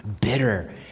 Bitter